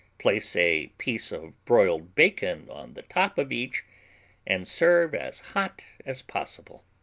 place a piece of broiled bacon on the top of each and serve as hot as possible.